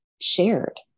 shared